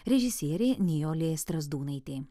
režisierė nijolė strazdūnaitė